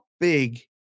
big